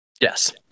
Yes